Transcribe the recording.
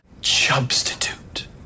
substitute